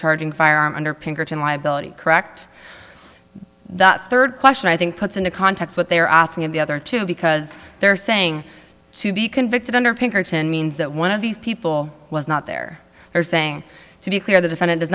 charging a firearm under pinkerton liability correct the third question i think puts into context what they are asking of the other two because they're saying to be convicted under pinkerton means that one of these people was not there they're saying to be clear the defendant